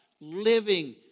living